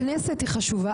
הכנסת היא חשובה.